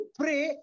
pray